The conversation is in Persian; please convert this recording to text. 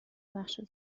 بخش